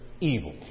evil